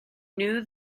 knew